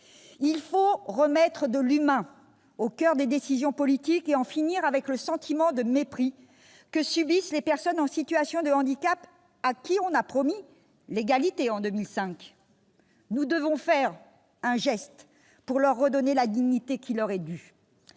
Il faut remettre de l'humain au coeur des décisions politiques et en finir avec le sentiment de mépris que subissent les personnes en situation de handicap, auxquelles on a promis l'égalité en 2005. Nous devons faire un geste pour leur rendre la dignité qui leur est due.